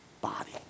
body